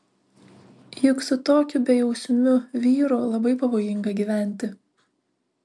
juk su tokiu bejausmiu vyru labai pavojinga gyventi